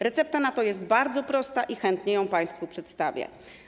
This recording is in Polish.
Recepta na to jest bardzo prosta i chętnie ją państwu przedstawię.